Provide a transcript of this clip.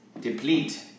Deplete